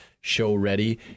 show-ready